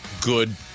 good